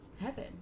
heaven